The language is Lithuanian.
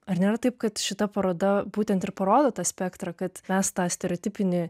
ar nėra taip kad šita paroda būtent ir parodo tą spektrą kad mes tą stereotipinį